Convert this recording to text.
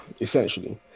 essentially